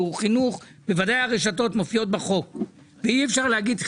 או בלי אישור של